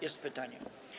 Jest pytanie.